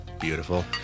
Beautiful